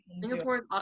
Singapore